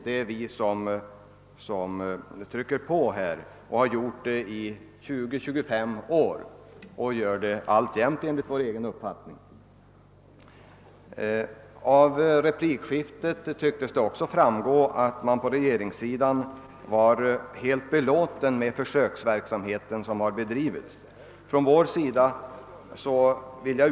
Det är vi som trycker på här och har gjort det i 20 å 25 år och gör det alltjämt. Av replikskiftet tycktes det också framgå, att man på regeringssidan är helt belåten med den bedrivna försöksverksamheten. Vi inom centern är däremot inte belåtna med dess resultat.